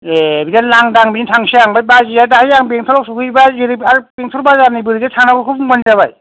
ए बिदिनो लांदां बिजोंनो थांसै आं ओमफ्राय बाजैआ दाहाय आं बेंथलआव सौहैब्ला जेरै आर बेंथल बाजारनि बोरैजाय थांनांगौ बेखौ बुंब्लानो जाबाय